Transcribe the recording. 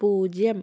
പൂജ്യം